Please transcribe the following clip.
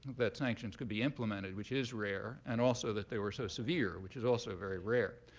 that sanctions could be implemented, which is rare, and also that they were so severe, which is also very rare.